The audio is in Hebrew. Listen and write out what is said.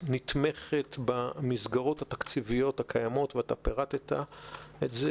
נתמכת במסגרות התקציביות הקיימות ואתה פירטת את זה.